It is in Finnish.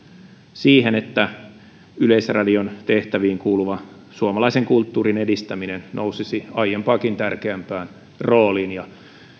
siihen että yleisradion tehtäviin kuuluva suomalaisen kulttuurin edistäminen nousisi aiempaakin tärkeämpään rooliin ja